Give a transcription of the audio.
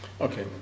Okay